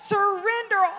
Surrender